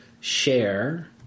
share